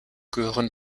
gehören